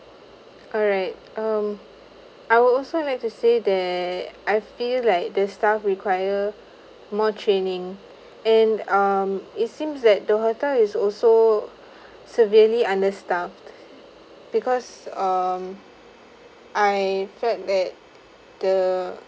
alright um I would also like to say that I feel like the staff required more training and um it seems that the hotel is also severely under staff because um I felt that the